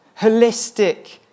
holistic